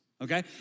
okay